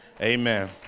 Amen